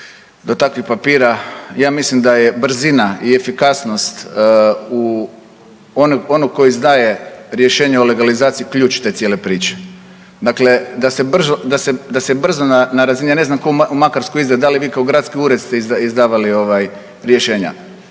do takvih papira. Ja mislim da je brzina i efikasnost u onom koji izdaje rješenje o legalizaciji ključ te cijele priče. Dakle se brzo, da se brzo na razini ja ne znam tko u Makarskoj izdaje da li vi kao gradski ured ste izdavali ovaj rješenja.